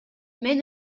мен